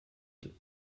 deux